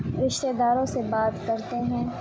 رشتے داروں سے بات کرتے ہیں